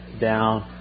down